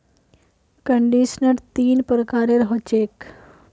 conditioner तीन प्रकारेर ह छेक